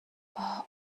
اون